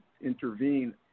intervene